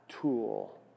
tool